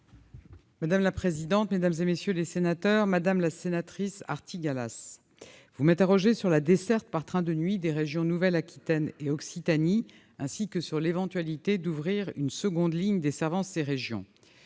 ? La parole est à Mme la ministre. Madame la sénatrice Artigalas, vous m'interrogez sur la desserte par train de nuit des régions Nouvelle-Aquitaine et Occitanie, ainsi que sur l'éventualité d'ouvrir une seconde ligne desservant ces régions.